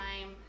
time